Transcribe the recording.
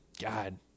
god